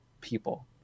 people